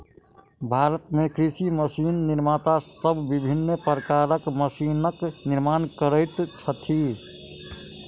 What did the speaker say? भारत मे कृषि मशीन निर्माता सब विभिन्न प्रकारक मशीनक निर्माण करैत छथि